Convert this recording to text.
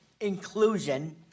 inclusion